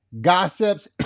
gossips